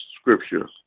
scripture